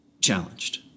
challenged